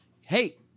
hey